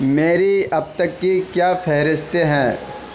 میری اب تک کی کیا فہرستیں ہیں